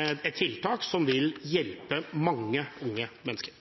et tiltak som vil hjelpe mange unge mennesker.